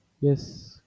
Yes